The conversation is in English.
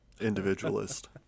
Individualist